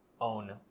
own